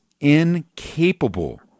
incapable